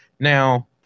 Now